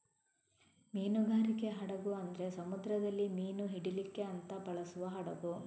ಮೀನುಗಾರಿಕೆ ಹಡಗು ಅಂದ್ರೆ ಸಮುದ್ರದಲ್ಲಿ ಮೀನು ಹಿಡೀಲಿಕ್ಕೆ ಅಂತ ಬಳಸುವ ಹಡಗು